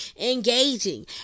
engaging